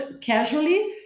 casually